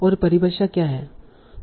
और परिभाषा क्या है